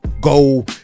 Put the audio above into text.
go